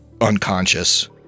unconscious